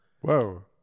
Whoa